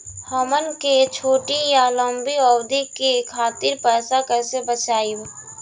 हमन के छोटी या लंबी अवधि के खातिर पैसा कैसे बचाइब?